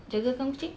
jagakan kucing